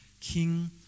king